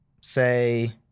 say